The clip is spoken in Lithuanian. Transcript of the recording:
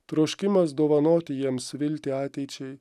troškimas dovanoti jiems viltį ateičiai